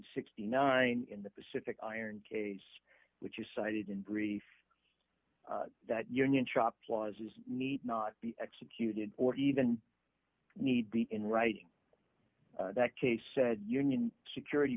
sixty nine in the pacific iron case which you cited in brief that union shop laws need not be executed or even need be in writing that case said union security